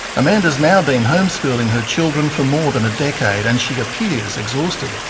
amanda's now been homeschooling her children for more than a decade and she appears exhausted.